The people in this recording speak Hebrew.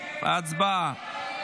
הצבעה.